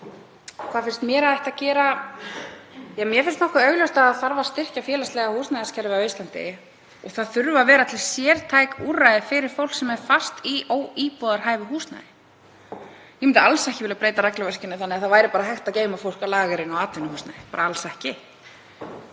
Hvað finnst mér að ætti að gera? Mér finnst nokkuð augljóst að það þarf að styrkja félagslega húsnæðiskerfið á Íslandi og það þurfa að vera sértæk úrræði fyrir fólk sem er fast í óíbúðarhæfu húsnæði. Ég myndi alls ekki vilja breyta regluverkinu þannig að það væri bara hægt að geyma fólk á lagernum í atvinnuhúsnæði, alls ekki.